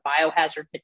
biohazard